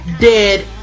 dead